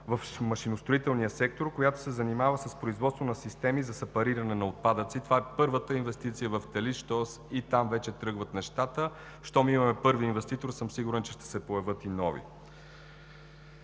в машиностроителния сектор, която се занимава с производство на системи за сепариране на отпадъци. Това е първата инвестиция в Телиш, тоест и там вече тръгват нещата. Щом имаме първи инвеститор, сигурен съм, че ще се появят и нови.